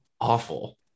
awful